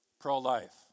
pro-life